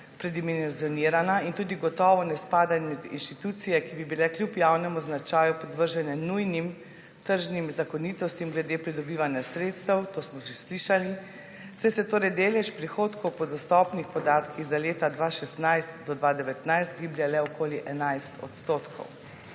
predimenzionirana in tudi gotovo ne spada med inštitucije, ki bi bile kljub javnemu značaju podvržene nujnim tržnim zakonitostim glede pridobivanja sredstev, to smo že slišali, saj se delež prihodkov po dostopnih podatkih za leta 2016 do 2019 giblje le okoli 11 %.